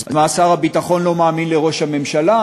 אז מה, שר הביטחון לא מאמין לראש הממשלה?